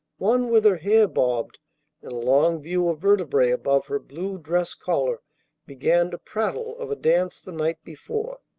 one with her hair bobbed and a long view of vertebrae above her blue dress-collar began to prattle of a dance the night before.